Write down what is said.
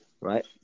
Right